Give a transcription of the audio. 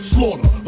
Slaughter